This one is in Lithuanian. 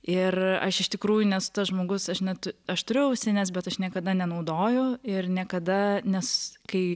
ir aš iš tikrųjų nesu tas žmogus aš netu aš turiu ausines bet aš niekada nenaudoju ir niekada nes kai